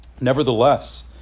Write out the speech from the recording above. Nevertheless